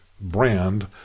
brand